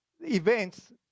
Events